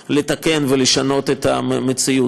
בבקשה,